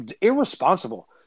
irresponsible